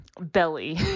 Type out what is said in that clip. belly